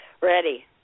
Ready